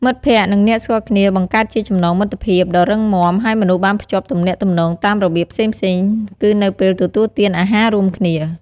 មិត្តភ័ក្តិ និងអ្នកស្គាល់គ្នាបង្កើតជាចំណងមិត្តភាពដ៏រឹងមាំ ហើយមនុស្សបានភ្ជាប់ទំនាក់ទំនងតាមរបៀបផ្សេងៗគឺនៅពេលទទួលទានអាហាររួមគ្នា។